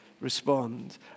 respond